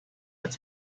its